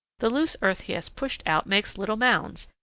the loose earth he has pushed out makes little mounds,